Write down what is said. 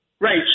Right